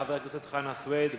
חבר הכנסת חנא סוייד,